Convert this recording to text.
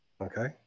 Okay